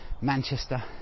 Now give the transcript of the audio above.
Manchester